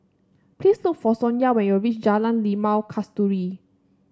please look for Sonya when you reach Jalan Limau Kasturi